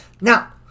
Now